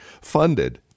funded